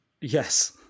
Yes